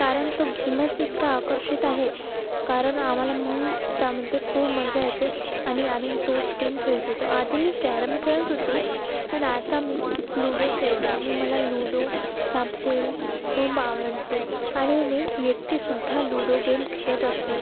कारण तो गेमच इतका आकर्षित आहे कारण आम्हाला मून त्यामध्ये खूप मजा येते आणि आम्ही तोच गेम खेळतो तर आधी मी कॅरम खेळत होते पण आता मी लूडो खेळते आणि मला लूडो सापशिडी खूप आवडते आणि मी एकटीसुद्धा लूडो गेम खेळत असते